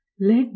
Let